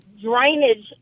Drainage